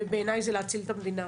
ובעיניי, היא להציל את המדינה.